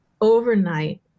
overnight